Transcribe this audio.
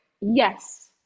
yes